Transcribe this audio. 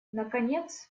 наконец